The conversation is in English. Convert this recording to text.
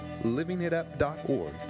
livingitup.org